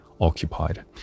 occupied